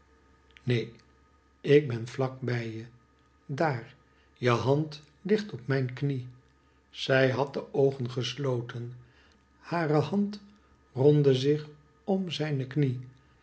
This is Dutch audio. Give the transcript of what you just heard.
neen ik ben vlak bij je daar je hand ligt op mijn knie zij had de oogen gesloten hare hand rondde zich omme zijn knie